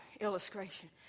illustration